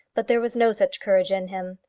but there was no such courage in him.